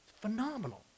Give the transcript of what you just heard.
phenomenal